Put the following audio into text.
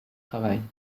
travaille